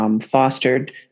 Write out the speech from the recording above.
fostered